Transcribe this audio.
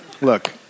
Look